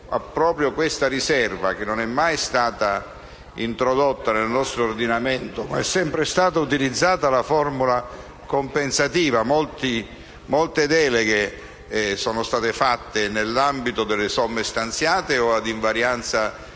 questa riserva non è mai stata introdotta nel nostro ordinamento, perché è sempre stata utilizzata la formula compensativa: molte deleghe sono state fatte nell'ambito delle somme stanziate o ad invarianza di oneri